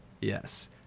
yes